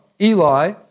Eli